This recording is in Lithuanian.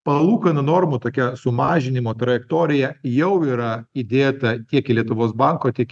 palūkanų normų tokia sumažinimo trajektorija jau yra įdėta tiek į lietuvos banko tiek